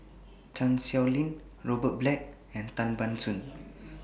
Chan Sow Lin Robert Black and Tan Ban Soon